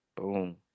Boom